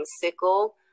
sickle